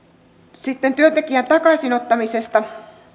sitten työntekijän takaisinottamisesta